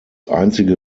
einzige